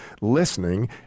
listening